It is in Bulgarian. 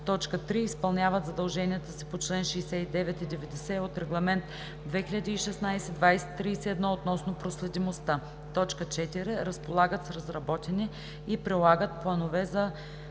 3. изпълняват задълженията си по чл. 69 и 90 от Регламент 2016/2031 относно проследимостта; 4. разполагат с разработени и прилагат планове за